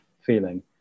feeling